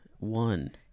one